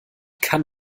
kann